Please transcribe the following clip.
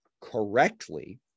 correctly